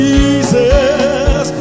Jesus